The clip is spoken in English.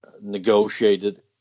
negotiated